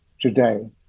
today